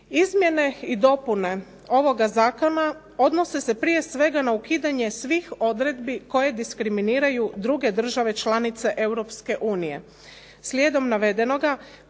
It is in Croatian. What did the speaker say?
Izmjene i dopune ovoga Zakona odnose se prije svega na ukidanje svih odredbi koje diskriminiraju druge države članice Europske unije. Slijedom navedenoga